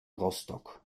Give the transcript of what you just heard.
rostock